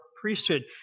priesthood